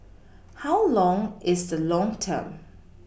how long is the long term